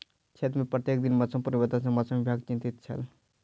क्षेत्र में प्रत्येक दिन मौसम परिवर्तन सॅ मौसम विभाग चिंतित छल